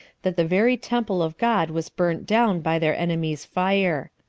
that the very temple of god was burnt down by their enemies' fire.